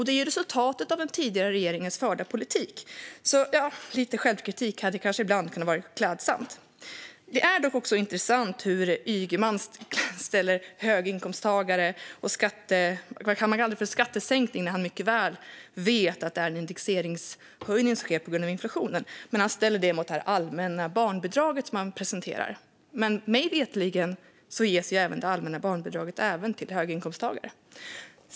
Det är resultatet av den tidigare regeringens förda politik. Lite självkritik hade kanske ibland kunnat vara klädsamt. Det är också intressant hur Ygeman talar om skattesänkningar för höginkomsttagare, som han kallar det, när han mycket väl vet att det är en indexeringshöjning som sker på grund av inflationen. Han ställer sedan detta mot det han presenterar i fråga om det allmänna barnbidraget. Men mig veterligen ges det allmänna barnbidraget även till höginkomsttagare.